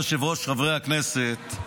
אדוני היושב-ראש, חברי הכנסת,